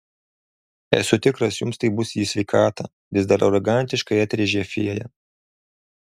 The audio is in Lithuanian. esu tikras jums tai bus į sveikatą vis dar arogantiškai atrėžė fėja